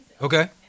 Okay